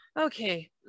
okay